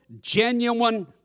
genuine